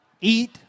eat